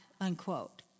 unquote